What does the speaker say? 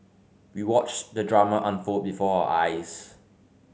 we watched the drama unfold before our eyes